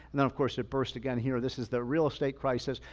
then of course, it burst again here, this is the real estate crisis.